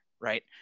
right